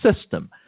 system